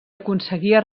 aconseguia